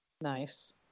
Nice